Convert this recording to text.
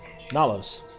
Nalos